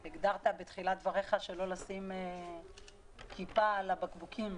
בתחילת דבריך הגדרת שלא כיפה על הבקבוקים.